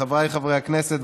חבריי חברי הכנסת,